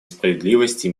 справедливости